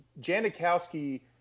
Janikowski